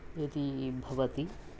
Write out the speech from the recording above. यदि भवति